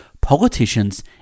politicians